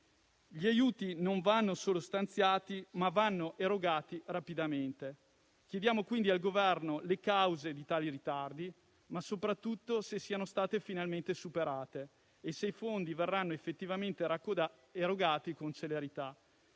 Gli aiuti non vanno solo stanziati, ma anche erogati rapidamente. Chiediamo quindi al Governo le cause di tali ritardi, ma soprattutto se siano state finalmente superate e se i fondi verranno effettivamente erogati con celerità.